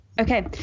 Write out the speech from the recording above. Okay